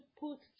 put